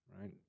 Right